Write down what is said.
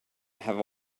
have